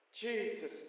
jesus